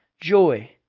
joy